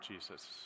Jesus